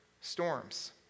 storms